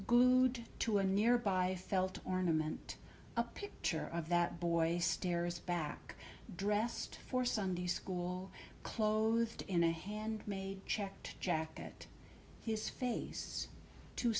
boy to a nearby felt ornament a picture of that boy stares back dressed for sunday school clothed in a handmade checked jacket his face too